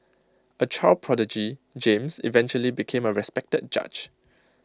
A child prodigy James eventually became A respected judge